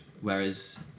whereas